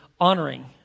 honoring